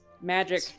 magic